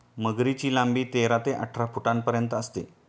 मगरीची लांबी तेरा ते अठरा फुटांपर्यंत असते